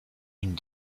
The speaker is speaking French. une